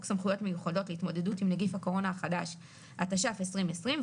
סמכויות מיוחדות להתמודדות עם נגיף הקורונה החדש התש"פ 2020,